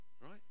right